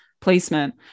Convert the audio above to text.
placement